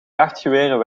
jachtgeweren